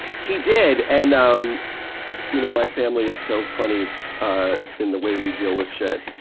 he did, and um you know my family is so funny ah in the way we deal with shit,